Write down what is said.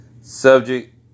subject